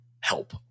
help